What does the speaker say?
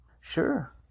Sure